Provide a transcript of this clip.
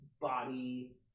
body